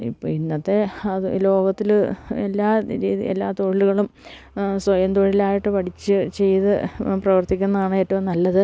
ഇപ്പോള് ഇന്നത്തെ ലോകത്തില് എല്ലാ എല്ലാ തൊഴിലുകളും സ്വയം തൊഴിലായിട്ട് പഠിച്ച് ചെയ്ത് പ്രവർത്തിക്കുന്നതാണ് ഏറ്റവും നല്ലത്